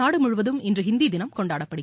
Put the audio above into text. நாடு முழுவதும் இன்று ஹிந்தி தினம் கொண்டாடப்பட்டது